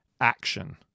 action